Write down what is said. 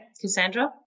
Cassandra